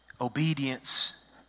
obedience